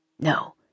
No